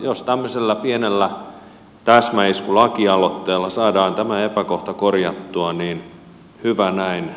jos tämmöisellä pienellä täsmäiskulakialoitteella saadaan tämä epäkohta korjattua niin hyvä näin